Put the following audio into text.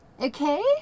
Okay